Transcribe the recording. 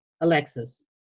Alexis